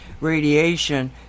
radiation